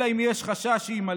אלא אם כן יש חשש שיימלט,